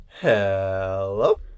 hello